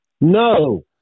No